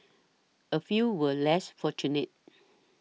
a few were less fortunate